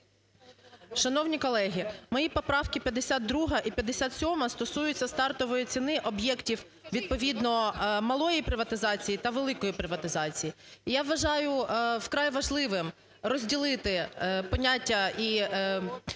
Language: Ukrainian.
Шановні колеги, мої поправки 52 і 57 стосуються стартової ціни об'єктів відповідно малої приватизації та великої приватизації. І я вважаю вкрай важливим розділити поняття і